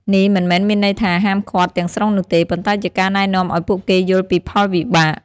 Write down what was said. នេះមិនមែនមានន័យថាហាមឃាត់ទាំងស្រុងនោះទេ ប៉ុន្តែជាការណែនាំឲ្យពួកគេយល់ពីផលវិបាក។